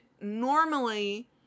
normally